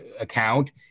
account